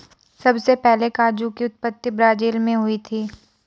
सबसे पहले काजू की उत्पत्ति ब्राज़ील मैं हुई थी